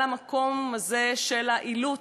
על המקום הזה של האילוץ,